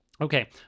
okay